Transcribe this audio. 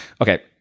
Okay